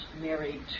married